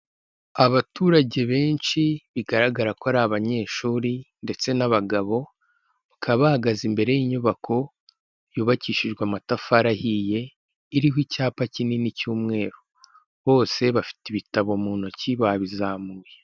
Abaturage benshi bigaragara ko ari abanyeshuri ndetse n'abagabo, bakaba bahagaze imbere y'inyubako yubakishijwe amatafari ahiye iriho icyapa kinini cy'umweru bose bafite ibitabo mu ntoki babizamuye.